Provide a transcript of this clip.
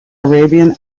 arabian